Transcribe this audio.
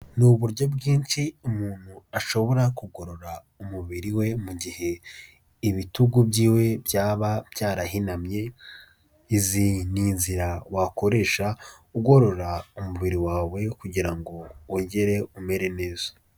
Ni uburyo bwinshi umuntu ashobora kugorora umubiri we, mu gihe ibitugu byiwe byaba byarahinamye, izi ni inzira wakoresha ugorora umubiri wawe, kugira ngo wongere umere neza.